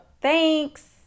thanks